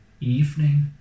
evening